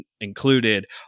included